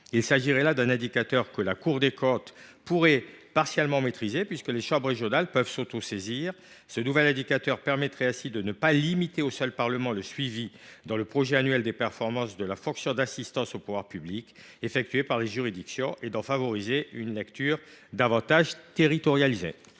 il s’agirait là d’un indicateur que la Cour des comptes pourrait partiellement maîtriser, puisque les chambres régionales peuvent s’autosaisir. Ce nouvel indicateur permettrait ainsi de ne pas limiter au seul Parlement le suivi dans le projet annuel de performance de la fonction d’assistance aux pouvoirs publics effectuée par les juridictions et d’en favoriser une lecture davantage territorialisée.